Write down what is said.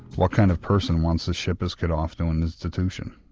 what kind of person wants to ship his kid off to an institution?